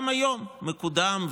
גם היום קודם,